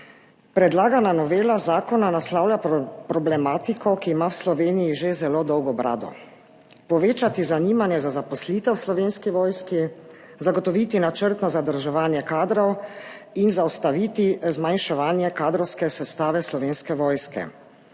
Predlagana novela zakona naslavlja problematiko, ki ima v Sloveniji že zelo dolgo brado – povečati zanimanje za zaposlitev v Slovenski vojski, zagotoviti načrtno zadrževanje kadrov in zaustaviti zmanjševanje kadrovske sestave Slovenske vojske.